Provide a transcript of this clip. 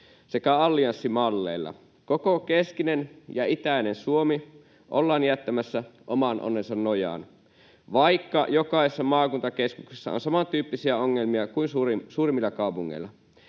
sekä allianssimalleilla. Koko keskinen ja itäinen Suomi ollaan jättämässä oman onnensa nojaan, vaikka jokaisessa maakuntakeskuksessa on samantyyppisiä ongelmia kuin suurimmilla kaupungeilla.